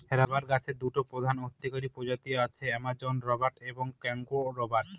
rubber গাছের দুটি প্রধান অর্থকরী প্রজাতি আছে, অ্যামাজন রবার এবং কংগো রবার